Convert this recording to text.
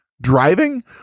driving